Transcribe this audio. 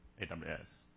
AWS